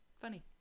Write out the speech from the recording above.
Funny